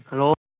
hello